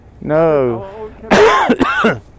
No